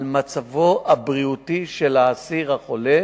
על מצבו הבריאותי של אסיר חולה